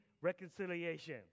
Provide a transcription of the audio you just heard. reconciliation